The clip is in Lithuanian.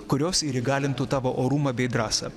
kurios ir įgalintų tavo orumą bei drąsą